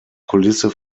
kulisse